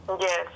Yes